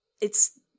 It's-